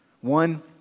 One